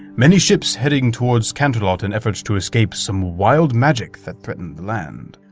many ships heading towards canterlot in efforts to escape some wild magic that threatened the land.